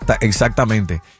Exactamente